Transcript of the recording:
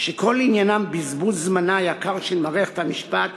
שכל עניינן בזבוז זמנה היקר של מערכת המשפט